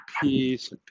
peace